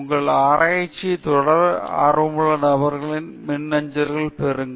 D இல் உங்கள் ஆராய்ச்சியைத் தொடர ஆர்வமுள்ள நபர்களின் மின்னஞ்சல்களைப் பெறுங்கள்